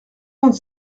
vingt